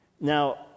Now